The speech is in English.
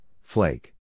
flake